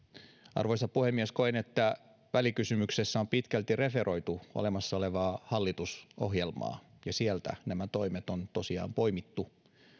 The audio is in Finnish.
arvoisa puhemies koen että välikysymyksessä on pitkälti referoitu olemassa olevaa hallitusohjelmaa sieltä nämä toimet on tosiaan poimittu